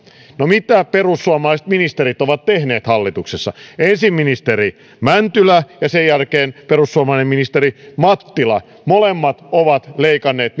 no mitä perussuomalaiset ministerit ovat tehneet hallituksessa ensin ministeri mäntylä ja sen jälkeen perussuomalainen ministeri mattila ovat molemmat leikanneet